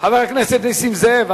חבר הכנסת נסים זאב,